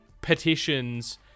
petitions